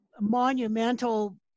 monumental